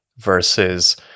versus